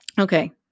Okay